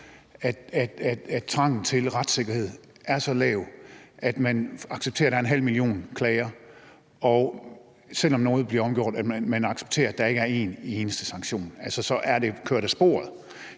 at trangen til retssikkerhed er så lav, at man accepterer, at der er en halv million klager, og at man, selv om nogle sager bliver omgjort, så accepterer, at der ikke er en eneste sanktion. Altså, så er det kørt af sporet